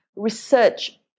research